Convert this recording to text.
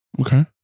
Okay